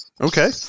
okay